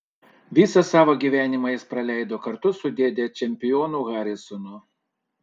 visą savo gyvenimą jis praleido kartu su savo dėde čempionu harisonu